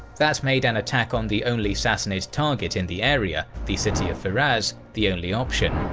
that made an attack on the only sassanid target in the area the city of firaz the only option.